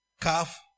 calf